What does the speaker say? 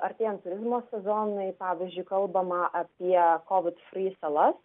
artėjant turizmo sezonui pavyzdžiui kalbama apie kovid į salas